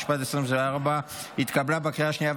התשפ"ד 2024,